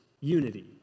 unity